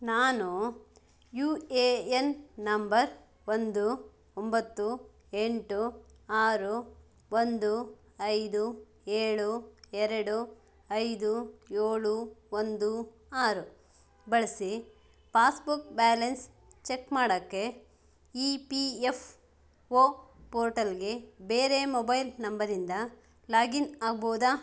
ನಾನು U A N number ಒಂದು ಒಂಬತ್ತು ಎಂಟು ಆರು ಒಂದು ಐದು ಏಳು ಎರಡು ಐದು ಏಳು ಒಂದು ಆರು ಬಳಸಿ ಪಾಸ್ಬುಕ್ ಬ್ಯಾಲೆನ್ಸ್ ಚೆಕ್ ಮಾಡಕ್ಕೆ ಇ ಪಿ ಎಫ್ ಒ ಪೋರ್ಟಲ್ಗೆ ಬೇರೆ ಮೊಬೈಲ್ ನಂಬರಿಂದ ಲಾಗಿನ್ ಆಗ್ಬೋದಾ